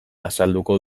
azalduko